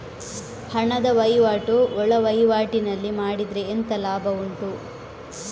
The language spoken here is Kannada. ಹಣದ ವಹಿವಾಟು ಒಳವಹಿವಾಟಿನಲ್ಲಿ ಮಾಡಿದ್ರೆ ಎಂತ ಲಾಭ ಉಂಟು?